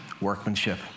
workmanship